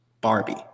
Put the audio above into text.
Barbie